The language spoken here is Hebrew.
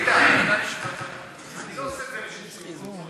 ביטן, אני לא עושה את זה בשביל שיאכלו צהריים.